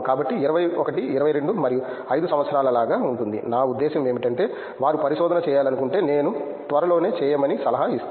కాబట్టి 21 22 మరియు 5 సంవత్సరాల లాగా ఉంటుంది నా ఉద్దేశ్యం ఏమిటంటే వారు పరిశోధన చేయాలనుకుంటే నేను త్వరలోనే చేయమని సలహా ఇస్తాను